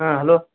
ಹಾಂ ಹಲೋ